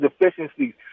deficiencies